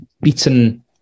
beaten